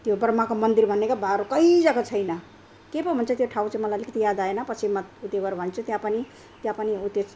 त्यो ब्रह्माको मन्दिर भनेको भारतको अरू कहीँ जग्गा छैन के पो भन्छ त्यो ठाउँ चाहिँ मलाई अलिकति याद आएन पछि म उत्यो भएर भन्छु त्यहाँपनि त्यहाँपनि